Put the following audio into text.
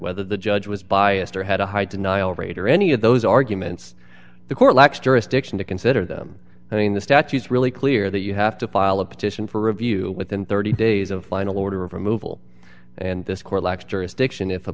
whether the judge was biased or had a high denial rate or any of those arguments the court lacks jurisdiction to consider them i mean the statutes really clear that you have to file a petition for review within thirty days of final order of